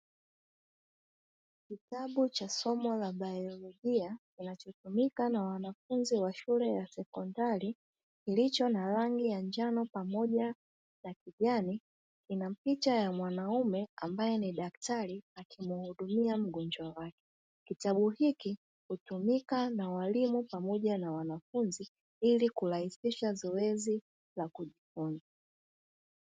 Kitabu cha somo la baiyolojia kinachotumika na wanafunzi wa shule ya sekondari kilicho na rangi ya njano pamoja na kijani, kina picha ya mwanaume ambaye ni daktari akimuhudumia mgonjwa wake. Kitabu hichi hutumika na walimu pamoja na wanafunzi ili kurahisisha zoezi la kujifunza.